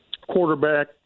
quarterback